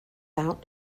out